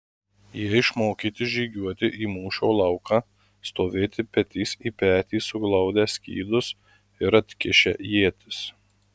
jie išmokyti žygiuoti į mūšio lauką stovėti petys į petį suglaudę skydus ir atkišę ietis